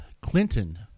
Clinton